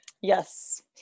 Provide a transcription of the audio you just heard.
Yes